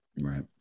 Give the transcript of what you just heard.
Right